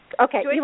Okay